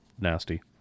nasty